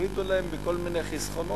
הורידו להם בכל מיני חסכונות,